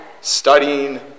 studying